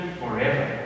forever